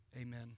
Amen